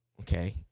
Okay